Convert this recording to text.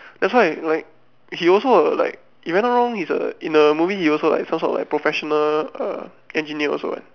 that's why like he also err like if I not wrong he's a in the movie he also like some sort of like professional err engineer also what